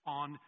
on